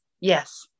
Yes